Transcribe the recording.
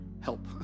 help